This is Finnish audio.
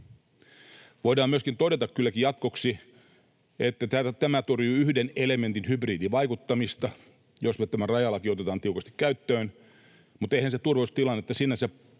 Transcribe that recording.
Voidaan myöskin todeta kylläkin jatkoksi, että tämä torjuu yhden elementin hybridivaikuttamista, jos me tämä rajalaki otetaan tiukasti käyttöön, mutta eihän se turvallisuustilannetta sinänsä